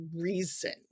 reason